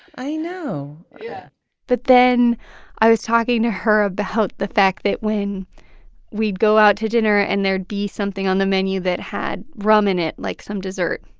i know yeah but then i was talking to her about the fact that when we'd go out to dinner and there'd be something on the menu that had rum in it, like some dessert.